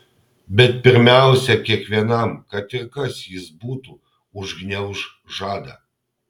bet pirmiausia kiekvienam kad ir kas jis būtų užgniauš žadą